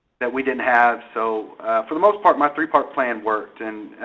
that we didn't have. so for the most part, my three-part plan worked. and